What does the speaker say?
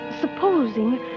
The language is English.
Supposing